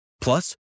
Plus